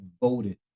voted